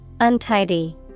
Untidy